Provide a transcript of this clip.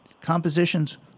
compositions